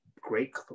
great